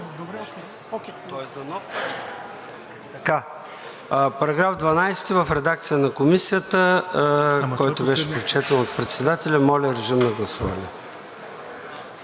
Параграф 12 в редакция на Комисията, който беше прочетен от Председателя. Моля, гласувайте.